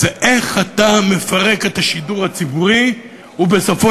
זה איך אתה מפרק את השידור הציבורי ובסופו